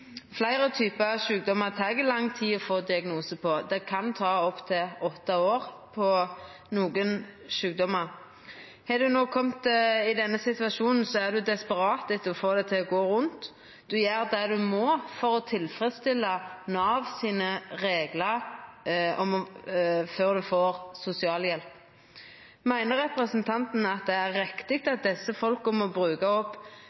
Fleire typar sjukdomar tek det lang tid å få diagnose på. Det kan ta opptil åtte år på nokre sjukdomar. Har ein kome i denne situasjonen, er ein desperat etter å få det til å gå rundt. Ein gjer det ein må for å tilfredsstilla Nav sine reglar før ein får sosialhjelp. Meiner representanten det er rett at desse folka må bruka opp